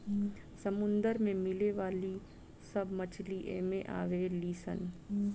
समुंदर में मिले वाली सब मछली एमे आवे ली सन